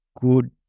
good